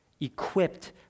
equipped